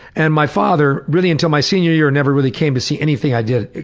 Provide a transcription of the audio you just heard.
and my father really until my senior year never really came to see anything i did.